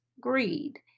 greed